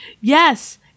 Yes